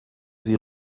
sie